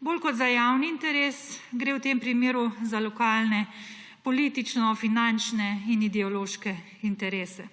Bolj kot za javni interes gre v tem primeru za lokalne politično-finančne in ideološke interese.